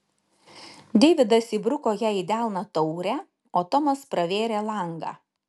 deividas įbruko jai į delną taurę o tomas pravėrė langą